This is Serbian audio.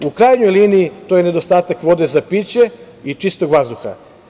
U krajnjoj liniji, to je nedostatak vode za piće i čistog vazduha.